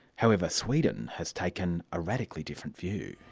however sweden has taken a radically different view.